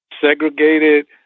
segregated